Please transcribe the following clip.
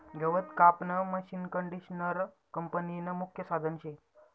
गवत कापानं मशीनकंडिशनर कापनीनं मुख्य साधन शे